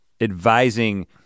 advising